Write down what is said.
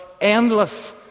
endless